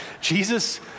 Jesus